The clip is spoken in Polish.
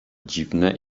dziwne